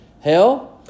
hell